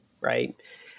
right